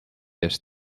eest